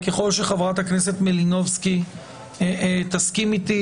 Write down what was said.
ככל שחברת הכנסת מלינובסקי תסכים איתי,